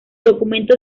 documento